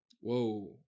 whoa